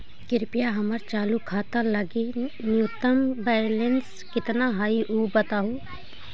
कृपया हमर चालू खाता लगी न्यूनतम बैलेंस कितना हई ऊ बतावहुं